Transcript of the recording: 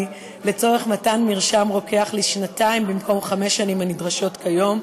לצורך מתן מרשם רוקח לשנתיים במקום חמש שנים הנדרשות כיום.